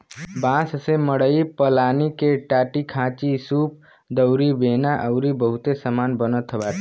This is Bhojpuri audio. बांस से मड़ई पलानी के टाटीखांचीसूप दउरी बेना अउरी बहुते सामान बनत बाटे